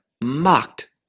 mocked